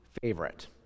favorite